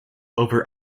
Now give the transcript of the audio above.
over